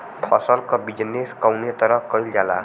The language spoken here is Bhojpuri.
फसल क बिजनेस कउने तरह कईल जाला?